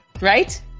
right